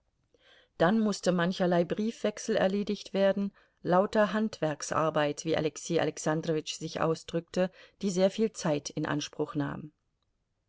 dann mußte mancherlei briefwechsel erledigt werden lauter handwerksarbeit wie alexei alexandrowitsch sich ausdrückte die sehr viel zeit in anspruch nahm